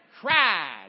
cried